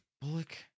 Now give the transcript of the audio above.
Bullock